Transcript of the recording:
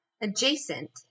adjacent